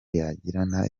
yagirana